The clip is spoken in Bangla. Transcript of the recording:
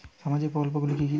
সামাজিক প্রকল্প গুলি কি কি?